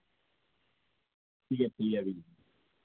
पीआ पीआ दी